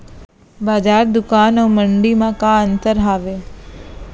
बजार, दुकान अऊ मंडी मा का अंतर हावे?